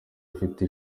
ufite